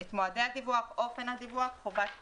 את מועדי הדיווח, אופן הדיווח וחובת הפרסום.